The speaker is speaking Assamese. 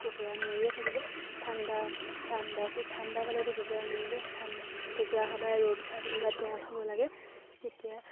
কুকুৰা মৰিয়ে থাকিব ঠাণ্ডা ঠাণ্ডা চাণ্ডা পালেতো কুকুৰা মৰিব ঠাণ্ডা কুকুৰা সদায় ৰ'দ ঘাই জেগাত গঁৰাল হ'ব লাগে তেতিয়া